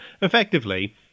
effectively